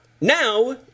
Now